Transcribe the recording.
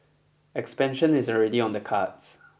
expansion is already on the cards